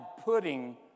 pudding